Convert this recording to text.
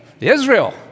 Israel